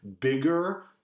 bigger